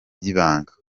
y’ibanga